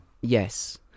Yes